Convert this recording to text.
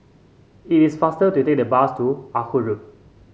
it is faster to take the bus to Ah Hood Road